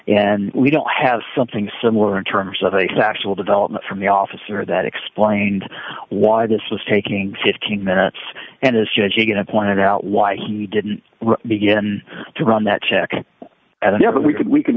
and we don't have something similar in terms of a sexual development from the officer that explained why this was taking fifteen minutes and is judging and i pointed out why he didn't begin to run that check at every we could we could